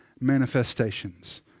manifestations